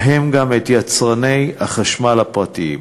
ובהם גם את יצרני החשמל הפרטיים.